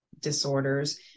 disorders